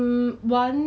mm 对 lor